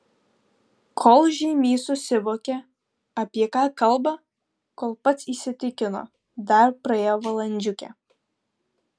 kol žeimys susivokė apie ką kalba kol pats įsitikino dar praėjo valandžiukė